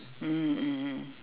mmhmm mmhmm